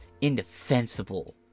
indefensible